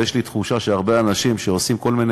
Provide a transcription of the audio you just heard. ויש לי תחושה שהרבה אנשים שעושים כל מיני